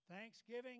Thanksgiving